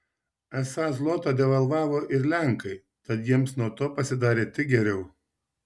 esą zlotą devalvavo ir lenkai tad jiems nuo to pasidarė tik geriau